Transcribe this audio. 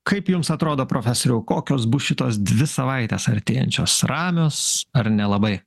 kaip jums atrodo profesoriau kokios bus šitos dvi savaitės artėjančios ramios ar nelabai